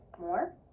more